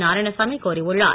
நாராயணசாமி கோரியுள்ளார்